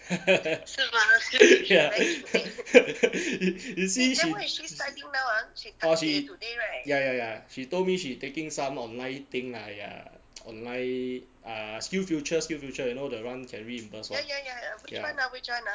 ya you see she orh she ya ya ya she told me she taking some online thing lah !aiya! online ah skillsfuture skillsfuture you know the one can reimbursed [one] ya